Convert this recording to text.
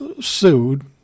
sued